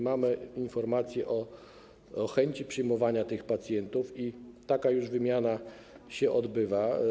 Mamy informacje o chęci przyjmowania tych pacjentów i taka wymiana już się odbywa.